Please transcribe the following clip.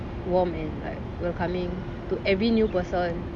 warm and like welcoming to every new person